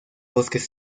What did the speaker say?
bosques